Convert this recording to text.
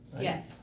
Yes